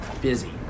busy